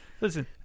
listen